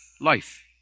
life